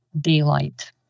daylight